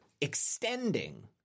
extending